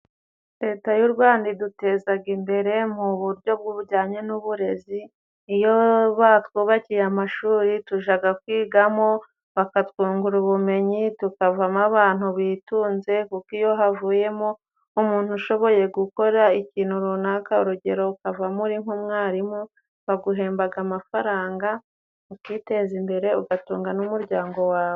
leta y'u rwanda idutezaga imbere mu buryo bujyanye n'uburezi iyo batwubakiye amashuri tujaga kwigamo bakatwungura ubumenyi tukavamo abantu bitunze kuko iyo havuyemo umuntu ushoboye gukora ikintu runaka urugero ukavamo nk'umwarimu baguhembaga amafaranga ukiteza imbere ugatunga n'umuryango wawe.